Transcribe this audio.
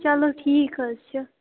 چَلو ٹھیٖک حظ چھُ